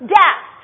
death